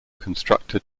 constructed